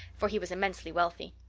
for he was immensely wealthy.